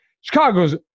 Chicago's